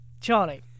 Charlie